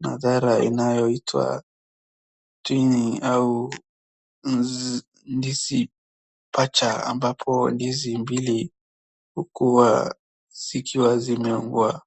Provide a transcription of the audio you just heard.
madhara inayoitwa twinning au ndizi pacha, ambapo ndizi mbili hukuwa zikuwa zimeungwa.